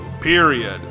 period